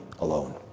alone